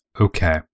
Okay